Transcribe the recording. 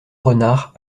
renard